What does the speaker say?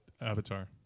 Avatar